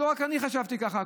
ולא רק אני חשבתי ככה.